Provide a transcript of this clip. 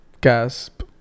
gasp